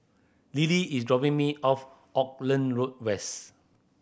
Lilly is dropping me off Auckland Road West